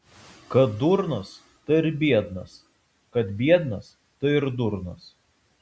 kad durnas tai ir biednas kad biednas tai ir durnas